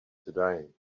today